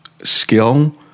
skill